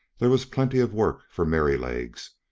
there was plenty of work for merrylegs,